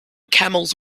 camels